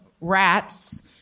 rats